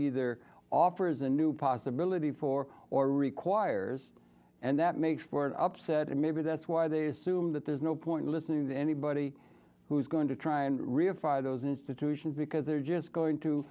either offers a new possibility for or requires and that makes for an upset and maybe that's why they assume that there's no point listening to anybody who's going to try and reify those institutions because they're just going to